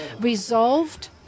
resolved